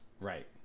right